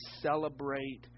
celebrate